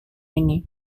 ini